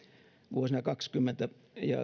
vuosina kaksikymmentä